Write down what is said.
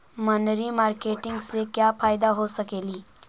मनरी मारकेटिग से क्या फायदा हो सकेली?